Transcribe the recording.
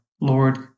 Lord